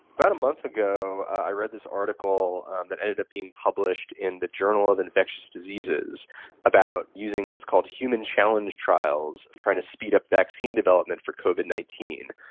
about a month ago i read this article that ended up being published in the journal of infectious diseases about using what's called human challenge trials, trying to speed up vaccine development for covid nineteen.